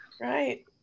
Right